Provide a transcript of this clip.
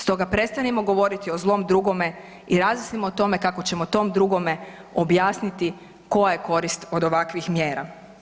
Stoga prestanimo govoriti o zlom drugome i razmislimo o tome kako ćemo tom drugome objasniti koja je korist od ovakvih mjera.